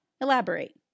Elaborate